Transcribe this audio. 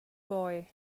boy